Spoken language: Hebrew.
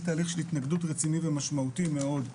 תהליך של התנגדות רציני ומשמעותי מאוד.